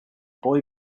boy